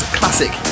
classic